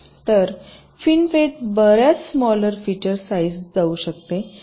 तर FinFET बर्याच smaller feature size जाऊ शकते